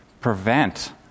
prevent